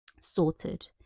sorted